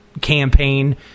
campaign